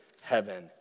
heaven